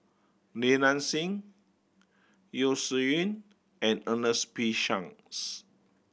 Li Nanxing Yeo Shih Yun and Ernest P Shanks